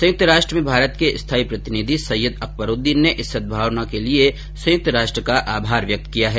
संयुक्त राष्ट्र में भारत के स्थायी प्रतिनिधि सैयद अकबरुद्दीन ने इस सद्भाव के लिए संयुक्त राष्ट्र का आभार व्यक्त किया है